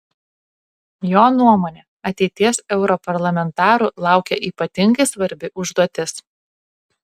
jo nuomone ateities europarlamentarų laukia ypatingai svarbi užduotis